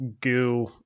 goo